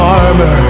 armor